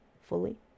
fully